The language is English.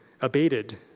abated